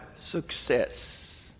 success